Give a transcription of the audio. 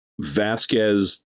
Vasquez